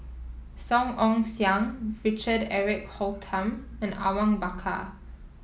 Song Ong Siang Richard Eric Holttum and Awang Bakar